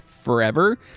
forever